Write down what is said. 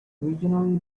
regionally